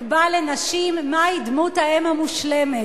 שתקבע לנשים מהי דמות האם המושלמת.